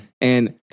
And-